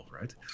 right